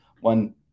one